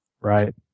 Right